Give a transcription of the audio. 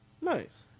Nice